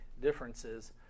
differences